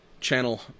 channel